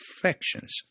affections